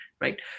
right